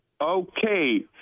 Okay